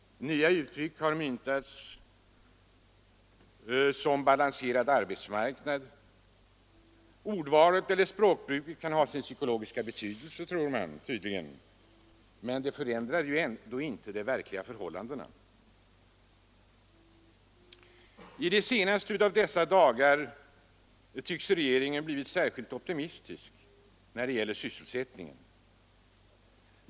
Nya uttryck myntas som ”balanserad arbetsmarknad”. Ordvalet eller språkbruket kan ha sin psykologiska betydelse, tror man tydligen, men förändrar ändå inte de verkliga förhållandena. I de senaste av dessa dagar tycks regeringen ha blivit särskilt optimistisk när det gäller sysselsättningen.